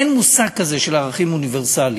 אין מושג כזה של ערכים אוניברסליים.